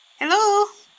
Hello